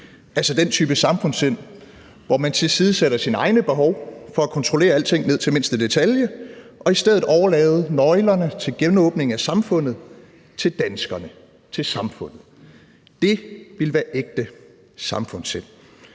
altså den type samfundssind, hvor man tilsidesætter sine egne behov for at kontrollere alting ned til mindste detalje og i stedet overlade nøglerne til genåbning af samfundet til danskerne, til samfundet. Det ville være ægte samfundssind.